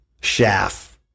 Shaft